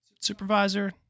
supervisor